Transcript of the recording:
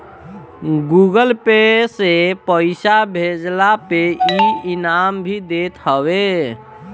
Google Pay से पईसा भेजला पे इ इनाम भी देत हवे